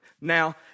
Now